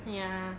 ya